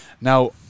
Now